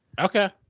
Okay